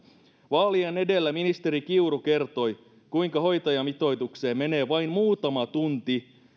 vaalien edellä ministeri kiuru kertoi kuinka hoitajamitoitukseen menee vain muutama tunti